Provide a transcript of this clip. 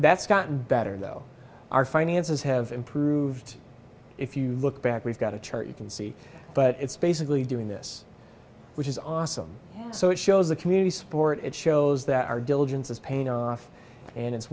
that's gotten better though our finances have improved if you look back we've got a chart you can see but it's basically doing this which is awesome so it shows the community support it shows that our diligence is paying off and it's